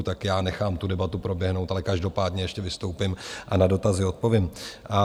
Tak já nechám tu debatu proběhnout, ale každopádně ještě vystoupím a na dotazy odpovím.